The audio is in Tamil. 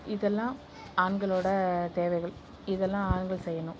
இதெல்லாம் ஆண்களோட தேவைகள் இதெல்லாம் ஆண்கள் செய்யணும்